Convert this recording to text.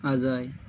Ajay